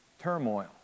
turmoil